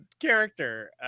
Character